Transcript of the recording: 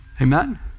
Amen